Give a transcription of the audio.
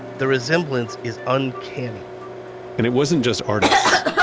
the resemblance is uncanny and it wasn't just artists.